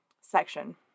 section